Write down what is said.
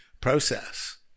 process